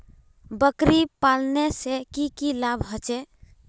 बकरी पालने से की की लाभ होचे?